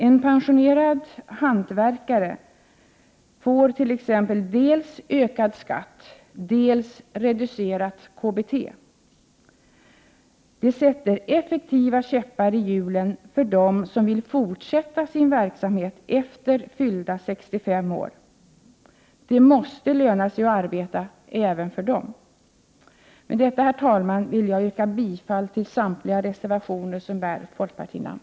En pensionerad hantverkare t.ex. får dels ökad skatt, dels reducerat KBT. Detta sätter effektiva käppar i hjulen för dem som vill fortsätta sin verksamhet efter fyllda 65 år. Det måste löna sig att arbeta även för dem! Med detta, herr talman, yrkar jag bifall till samtliga reservationer som bär folkpartinamn.